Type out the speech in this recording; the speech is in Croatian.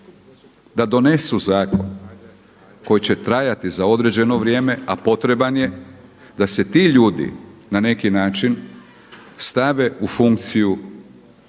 da donesu zakon koji će trajati za određeno vrijeme a potreban je, da se ti ljudi na neki način stave u funkciju